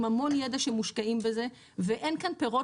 עם המון ידע שמושקעים בזה ואין כאן פירות